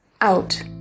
out